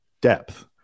depth